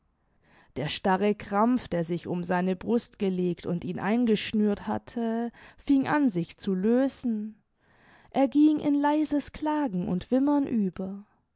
der starre krampf der sich um seine brust gelegt und ihn eingeschnürt hatte fing an sich zu lösen er ging in leises klagen und wimmern über